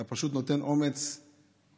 אתה פשוט נותן אומץ וזכות,